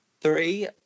Three